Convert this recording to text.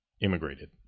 immigrated